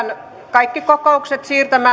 kaikki kokoukset